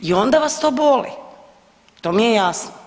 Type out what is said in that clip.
I onda vas to boli, to mi je jasno.